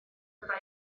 bydda